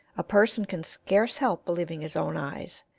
a person can scarce help believing his own eyes,